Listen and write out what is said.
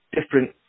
different